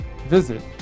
Visit